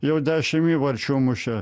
jau dešimt įvarčių mušė